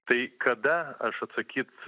tai kada aš atsakyt